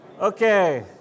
Okay